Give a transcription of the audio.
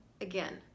again